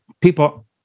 people